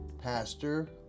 Pastor